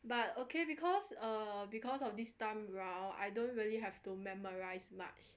but okay because uh because of this time round I don't really have to memorise much